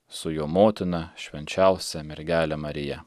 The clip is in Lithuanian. su jo motina švenčiausia mergele marija